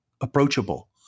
approachable